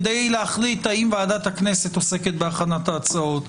כדי להחליט האם ועדת הכנסת עוסקת בהכנת ההצעות,